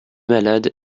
malade